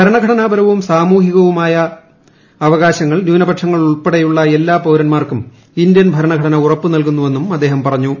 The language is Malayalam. ഭരണഘടനാപരവും സാമൂഹികവും മതപരപ്പൂമായ അവകാശങ്ങൾ ന്യൂനപക്ഷങ്ങൾ ഉൾപ്പെടെയുള്ള എല്ലാ പീരന്മാർക്കും ഇന്ത്യൻ ഭരണ ഘടന ഉറപ്പു നൽകുന്നുവെന്നും അദ്ദേഹം പറഞ്ഞു